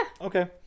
Okay